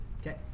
Okay